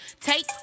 take